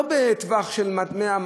לא בטווח של 100,